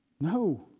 No